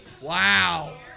Wow